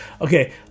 okay